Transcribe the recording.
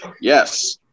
Yes